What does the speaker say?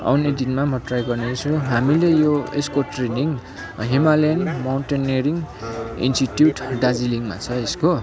आउने दिनमा मो ट्राई गर्नेछु हामीले यो यसको ट्रेनिङ हिमालयन माउन्टेनरिङ इन्सटिट्युट दार्जिलिङमा छ यसको